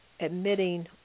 admitting